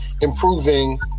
improving